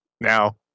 now